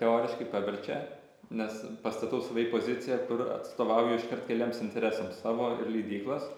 teoriškai paverčia nes pastatau save į poziciją kur atstovauju iškart keliems interesams savo ir leidyklos